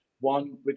One